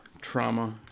trauma